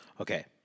Okay